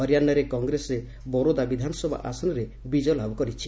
ହରିୟାଶାରେ କଂଗ୍ରେସ ବରୋଦା ବିଧାନସଭା ଆସନରେ ବିଜୟ ଲାଭ କରିଛି